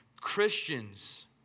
Christians